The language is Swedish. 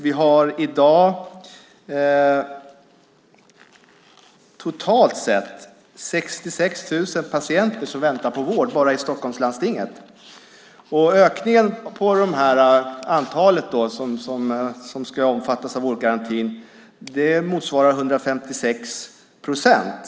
Vi har i dag totalt sett 66 000 patienter som väntar på vård bara i Stockholms läns landsting. Ökningen av det antal patienter som ska omfattas av vårdgarantin motsvarar 156 procent.